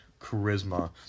charisma